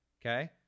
okay